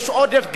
יש עודף גבייה.